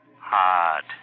hard